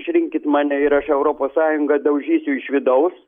išrinkit mane ir aš europos sąjungą daužysiu iš vidaus